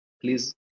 please